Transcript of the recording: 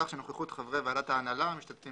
כך שנוכחות חברי ועדת ההנהלה המשתתפים